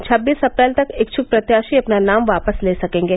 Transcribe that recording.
छबीस अप्रैल तक इच्छुक प्रत्याशी अपना नाम वापस ले सकेंगे